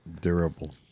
durable